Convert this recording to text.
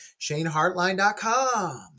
ShaneHartline.com